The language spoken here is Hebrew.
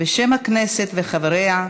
בשם הכנסת וחבריה,